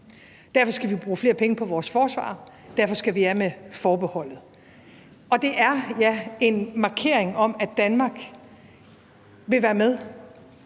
Derfor skal vi bruge flere penge på vores forsvar. Derfor skal vi af med forbeholdet. Og det er, ja, en markering af, at Danmark vil være med,